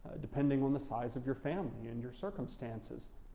depending on the size of your family and your circumstances.